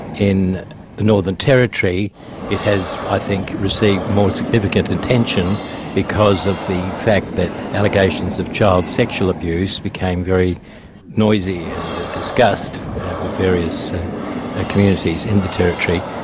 in the northern territory it has i think received more significant intention because of the fact that allegations of child sexual abuse became very noisy and discussed with various ah communities in the territory,